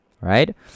right